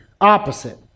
opposite